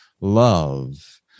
love